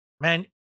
man